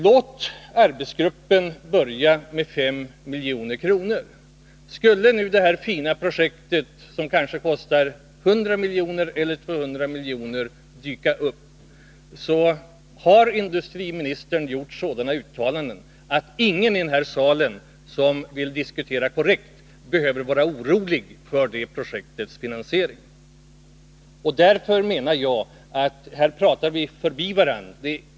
Låt arbetsgruppen börja med 5 milj.kr. Skulle det här fina projektet som kanske kostar 100 milj.kr., eller 200 milj.kr., dyka upp, har industriministern gjort sådana uttalanden att ingen i den här salen som vill diskutera korrekt behöver vara orolig för det projektets finansiering. Därför menar jag att vi talar förbi varandra.